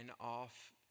off